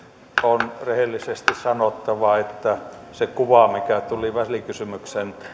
on rehellisesti sanottava että se kuva tuli välikysymyksen